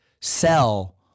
sell